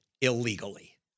illegally